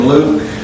Luke